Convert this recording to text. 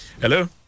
Hello